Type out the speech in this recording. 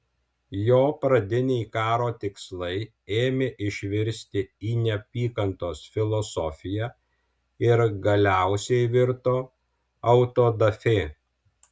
jo pradiniai karo tikslai ėmė išvirsti į neapykantos filosofiją ir galiausiai virto autodafė